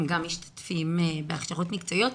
הם גם משתתפים בהכשרות מקצועיות,